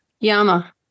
Yama